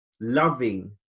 loving